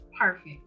Perfect